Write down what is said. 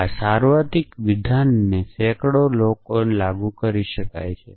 આ સાર્વત્રિક વિધાનને સેંકડો લોકોને લાગુ કરી શકાય છે